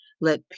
let